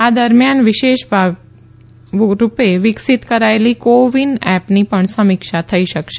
આ દરમિયાન વિશેષ રૂપે વિકસીત કરાયેલી કો વિન એપની પણ સમીક્ષા થઇ શકશે